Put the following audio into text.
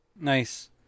Nice